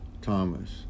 Thomas